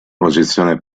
posizione